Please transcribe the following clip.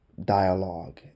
dialogue